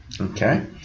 Okay